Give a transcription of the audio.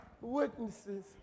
witnesses